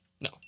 No